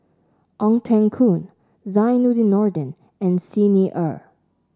Ong Teng Koon Zainudin Nordin and Xi Ni Er